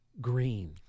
green